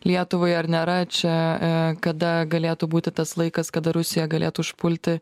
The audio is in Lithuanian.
lietuvai ar nėra čia kada galėtų būti tas laikas kada rusija galėtų užpulti